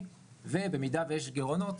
תזרימי ובמידה ויש גירעונות,